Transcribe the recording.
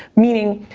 meaning,